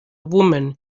woman